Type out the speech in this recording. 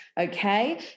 okay